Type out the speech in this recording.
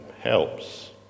helps